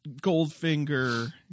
Goldfinger